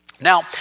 Now